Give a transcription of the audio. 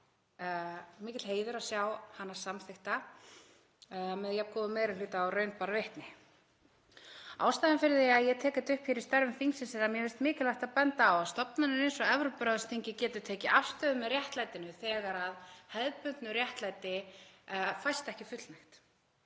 mikill heiður að sjá hana samþykkta með jafn góðum meiri hluta og raun bar vitni. Ástæðan fyrir því að ég tek þetta upp hér í störfum þingsins er að mér finnst mikilvægt að benda á að stofnanir eins og Evrópuráðsþingið geti tekið afstöðu með réttlætinu þegar hefðbundnu réttlæti fæst ekki fullnægt.